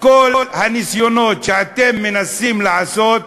כל הניסיונות שאתם מנסים לעשות